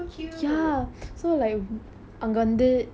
oh then on the பூனை எல்லாம் சாப்பாடு மேல போகாதா:punai ellaam sappaadu mela pokaathaa